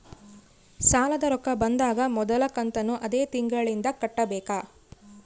ಸಾಲದ ರೊಕ್ಕ ಬಂದಾಗ ಮೊದಲ ಕಂತನ್ನು ಅದೇ ತಿಂಗಳಿಂದ ಕಟ್ಟಬೇಕಾ?